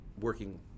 working